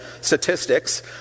statistics